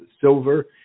silver